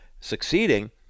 succeeding